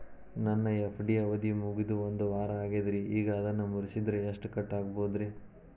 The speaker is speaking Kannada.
ನನ್ನ ಎಫ್.ಡಿ ಅವಧಿ ಮುಗಿದು ಒಂದವಾರ ಆಗೇದ್ರಿ ಈಗ ಅದನ್ನ ಮುರಿಸಿದ್ರ ಎಷ್ಟ ಕಟ್ ಆಗ್ಬೋದ್ರಿ?